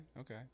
Okay